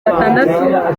batandatu